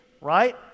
right